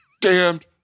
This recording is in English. damned